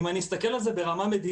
אם אני מסתכל על זה ברמה מדינתית,